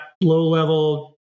low-level